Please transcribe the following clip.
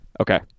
Okay